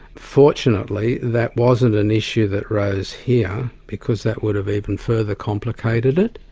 fortunately that wasn't an issue that rose here, because that would've even further complicated it.